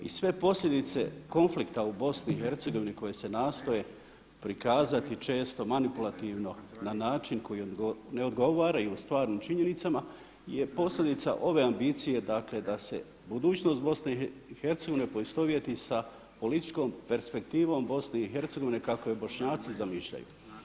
I sve posljedice konflikta u BiH koji se nastoje prikazati često manipulativno na način koji ne odgovaraju stvarnim činjenicama je posljedica ove ambicije dakle da se budućnost BiH poistovjeti sa političkom perspektivom BiH kako je Bošnjaci zamišljaju.